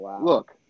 look